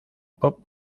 pop